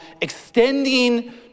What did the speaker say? extending